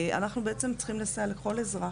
אנחנו צריכים לסייע לכל אזרח.